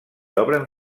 obren